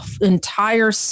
entire